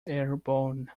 airborne